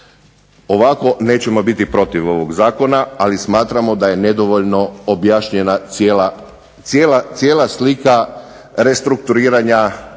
Ovako nećemo biti protiv ovog zakona, ali smatramo da je nedovoljno objašnjena cijela slika restrukturiranja